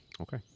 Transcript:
Okay